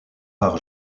par